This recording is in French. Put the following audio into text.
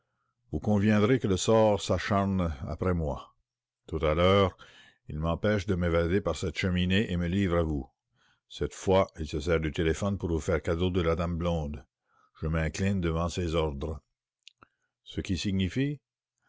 vous conviendrez que le sort s'acharne après moi tout à l'heure il m'empêche de m'évader par cette cheminée et me livre à vous cette fois il se sert du téléphone pour vous faire cadeau de la dame blonde je m'incline devant ses ordres ce qui signifie